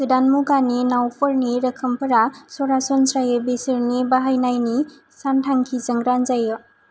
गोदान मुगानि नावफोरनि रोखोमफोरा सरासनस्रायै बिसोरनि बाहायनायनि सानथांखिजों रानजायो